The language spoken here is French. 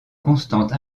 constante